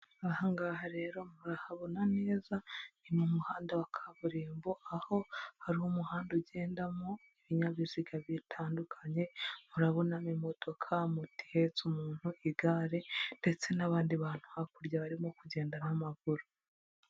Aha hangaha rero murahabona neza, ni mu muhanda wa kaburimbo, aho hari umuhanda ugendamo ibinyabiziga bitandukanye, murabonamo imodoka, moto ihetse umuntu, igare ndetse n'abandi bantu hakurya barimo kugenda n'amaguru.